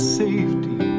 safety